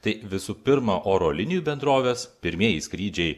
tai visų pirma oro linijų bendrovės pirmieji skrydžiai